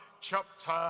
chapter